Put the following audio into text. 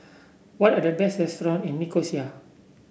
what are the best restaurants in Nicosia